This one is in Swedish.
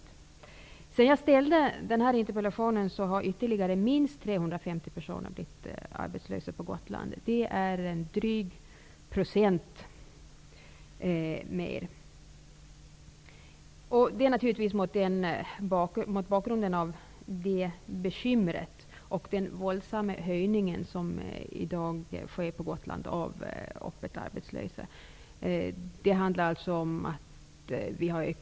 Efter det att jag framställde denna interpellation har ytterligare minst 350 personer blivit arbetslösa på Gotland. Det är drygt 1 % fler. Jag säger det med tanke på den våldsamma ökningen av antalet öppet arbetslösa människor och de bekymmer som följer därmed.